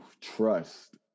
trust